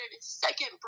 second